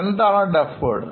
എന്താണ് deferred